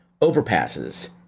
overpasses